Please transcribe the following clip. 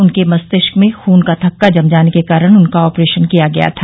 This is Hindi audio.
उनके मस्तिष्क में खून का थक्का जम जाने के कारण उनका आप्रेशन किया गया था